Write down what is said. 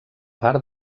part